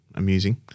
Amusing